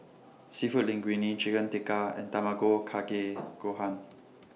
Seafood Linguine Chicken Tikka and Tamago Kake Gohan